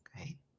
Okay